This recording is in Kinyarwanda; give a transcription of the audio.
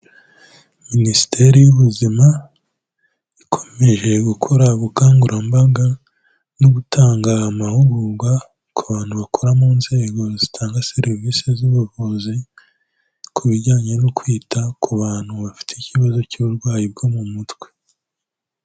Minisiteri y'Ubuzima ikomeje gukora ubukangurambaga no gutanga amahugurwa ku bantu bakora mu nzego zitanga serivisi z'ubuvuzi, ku bijyanye no kwita ku bantu bafite ikibazo cy'uburwayi bwo mu mutwe.